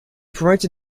promoted